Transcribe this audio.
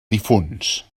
difunts